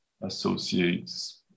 associates